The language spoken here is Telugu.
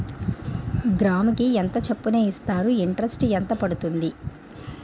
గ్రాముకి ఎంత చప్పున ఇస్తారు? ఇంటరెస్ట్ ఎంత పడుతుంది?